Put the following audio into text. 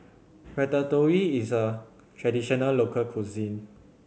ratatouille is a traditional local cuisine